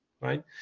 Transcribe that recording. right